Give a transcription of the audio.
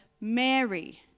Mary